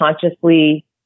consciously